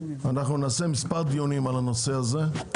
אנחנו נקיים מספר דיונים על הנושא הזה,